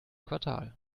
quartal